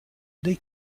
dei